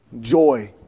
Joy